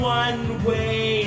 one-way